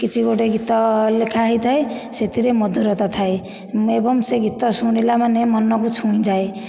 କିଛି ଗୋଟିଏ ଗୀତ ଲେଖା ହୋଇଥାଏ ସେଥିରେ ମଧୁରତା ଥାଏ ଏବଂ ସେ ଗୀତ ଶୁଣିଲା ମାନେ ମନକୁ ଛୁଇଁ ଯାଏ